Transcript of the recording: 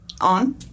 On